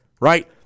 right